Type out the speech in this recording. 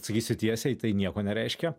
atsakysiu tiesiai tai nieko nereiškia